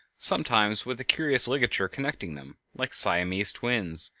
sometimes with a curious ligature connecting them, like siamese twins,